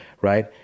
Right